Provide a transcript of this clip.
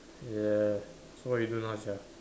yeah so what we do now sia